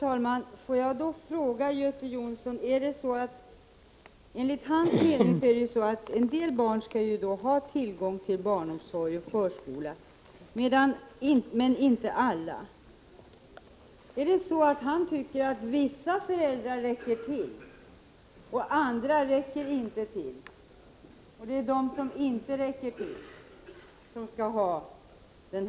Herr talman! Enligt Göte Jonssons mening skall en del barn ha tillgång till barnomsorg och förskola men inte alla. Tycker då Göte Jonsson att vissa föräldrar räcker till och andra inte? Är det de som inte räcker till som skallha — Prot.